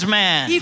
man